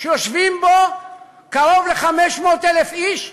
שיושבים בו קרוב ל-500,000 איש,